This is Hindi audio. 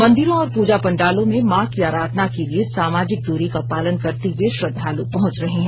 मंदिरों और पूजा पंडालों में मां की आराधना के लिए सामजिक दूरी का पालन करते हुए श्रद्वाल पहंच रहे हैं